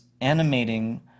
animating